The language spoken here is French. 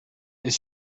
est